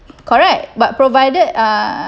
correct but provided uh